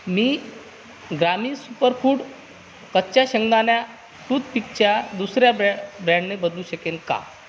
मी ग्रामी सुपरफूड कच्च्या शेंगदाण्यांना टूथपिकच्या दुसर्या ब्रॅ ब्रँडने बदलू शकेन का